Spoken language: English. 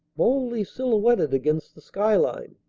boldly silhouetted against the skyline.